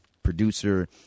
Producer